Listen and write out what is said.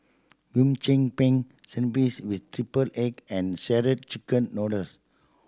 Hum Chim Peng spinach with triple egg and Shredded Chicken Noodles